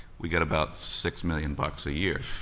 we got about six million bucks a year.